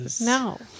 No